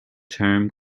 term